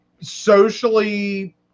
Socially